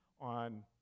on